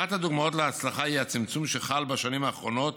אחת הדוגמאות להצלחה היא הצמצום שחל בשנים האחרונות